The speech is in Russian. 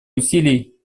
усилий